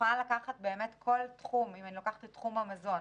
בתחום המזון,